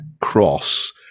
cross